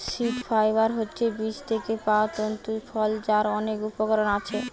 seed fibre হচ্ছে বীজ থিকে পায়া তন্তু ফল যার অনেক উপকরণ আছে